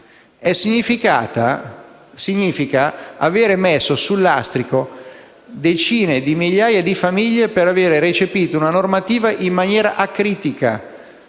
significa aver messo sul lastrico decine di migliaia di famiglie per aver recepito una normativa in maniera acritica